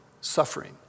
suffering